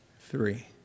Three